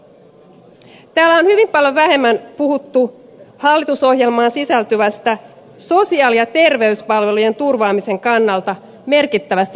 täällä on hyvin paljon vähemmän puhuttu hallitusohjelmaan sisältyvästä sosiaali ja terveyspalvelujen turvaamisen kannalta merkittävästä kirjauksesta